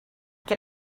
get